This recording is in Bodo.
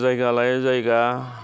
जायगा लायै जायगा